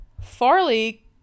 Farley